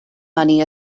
money